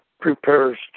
prepares